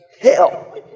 hell